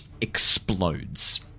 explodes